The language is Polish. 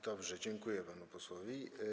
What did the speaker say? Dobrze, dziękuję panu posłowi.